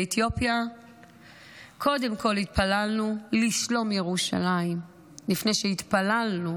באתיופיה קודם כול התפללנו לשלום ירושלים לפני שהתפללנו